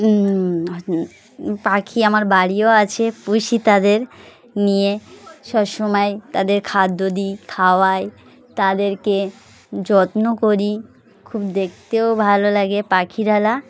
পাখি আমার বাড়িতেও আছে পুষি তাদের নিয়ে সব সমময় তাদের খাদ্য দিই খাওয়াই তাদেরকে যত্ন করি খুব দেখতেও ভালো লাগে পাখিরালয়